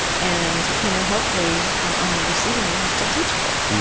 and you know, hopefully on the receiving end, you're still teachable.